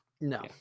No